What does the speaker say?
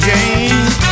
James